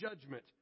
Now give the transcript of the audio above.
judgment